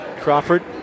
Crawford